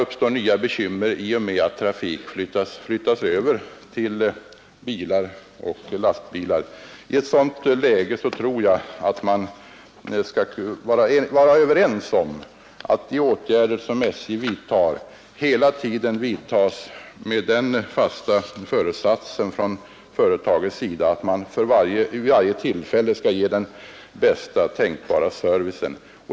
I ett sådant läge tror jag att vi kan vara överens om att de åtgärder som SJ vidtar hela tiden vidtas med den fasta föresatsen att man vid varje tillfälle skall ge den bästa tänkbara service.